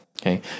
Okay